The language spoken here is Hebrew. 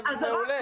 מעולה, שמחים.